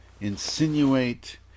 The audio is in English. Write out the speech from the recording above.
insinuate